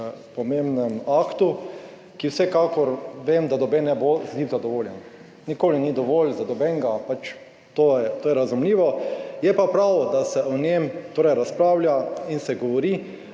pomembnem aktu, za katerega vsekakor vem, da noben ne bo z njim zadovoljen. Nikoli ni dovolj za nobenega, to je pač razumljivo. Je pa prav, da se o njem razpravlja in se govori.